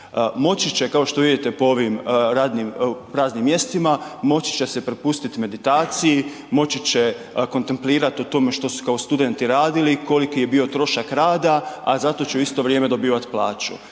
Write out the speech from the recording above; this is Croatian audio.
Moći će kao što vidite po ovim radnim, praznim mjestima moći će se prepustit meditaciji, moći će kontemplirat o tome što su kao studenti radili, koliki je bio trošak rada, a za to će u isto vrijeme dobivat plaću.